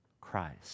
Christ